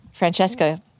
Francesca